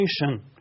nation